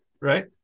Right